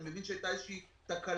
אני מבין שהייתה איזושהי תקלה,